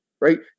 right